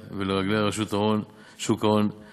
אנו מצפים שחברות הביטוח יעמדו מאחורי ההתחייבויות